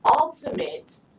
ultimate